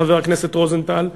חבר הכנסת רוזנטל,